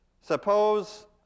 suppose